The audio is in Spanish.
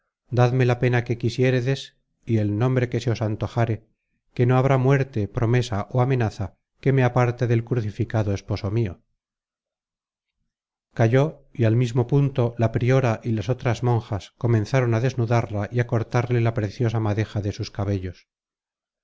dadme la pena que quisiéredes y el nombre que se os antojare que no habrá muerte promesa ó amenaza que me aparte del crucificado esposo mio calló y al mismo punto la priora y las otras monjas comenzaron a desnudarla y á cortarle la preciosa madeja de sus cabellos